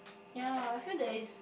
ye I feel that it's